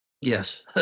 Yes